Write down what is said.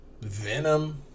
Venom